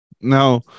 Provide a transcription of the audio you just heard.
now